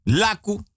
laku